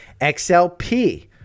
XLP